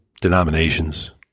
denominations